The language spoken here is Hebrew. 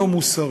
לא מוסרי.